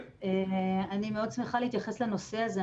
אני מאוד שמחה להתייחס לנושא הזה,